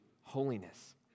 holiness